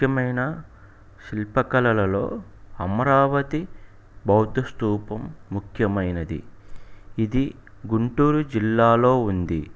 ముఖ్యమైన శిల్పకళలలో అమరావతి బౌద్ధస్థూపం ముఖ్యమైనది ఇది గుంటూరు జిల్లాలో ఉంది